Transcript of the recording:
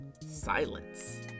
Silence